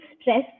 stress